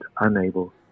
unable